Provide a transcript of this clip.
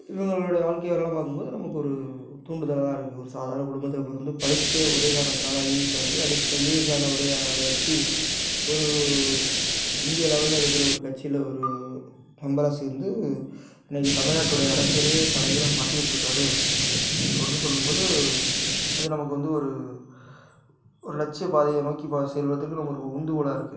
இவங்களோடைய வாழ்க்கை வரலாறுலாம் பாக்கும்போது நமக்கு ஒரு தூண்டுதலாக தான் இருக்கு ஒரு சாதாரண குடும்பத்தில் பிறந்து படித்த ஒரே காரணத்தினால ஐஏஎஸ் ஆகி ஐஏஎஸ் ஆன ஒரு அதை வச்சு ஒரு இந்திய லெவெலில் இருக்கிற ஒரு கட்சியில் ஒரு மெம்பராக சேர்ந்து இன்னைக்கி தமிழ் நாட்டுடைய அரசியலையே தலைகீழாக மாத்திகிட்ருக்காரு அப்படின்னு சொல்லும் போது அது நமக்கு வந்து ஒரு ஒரு லட்சியப் பாதையை நோக்கி செல்வதற்கு நமக்கு ஒரு உந்துகோலாக இருக்கு